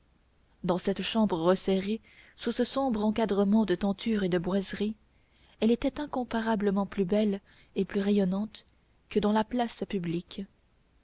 dans cette chambre resserrée sous ce sombre encadrement de tentures et de boiseries elle était incomparablement plus belle et plus rayonnante que dans la place publique